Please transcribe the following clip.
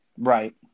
Right